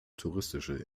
touristische